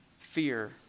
Fear